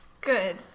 Good